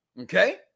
okay